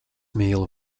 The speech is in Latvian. mīlu